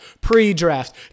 pre-draft